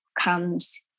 comes